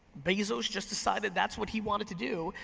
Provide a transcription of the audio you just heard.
bezos just decided that's what he wanted to do,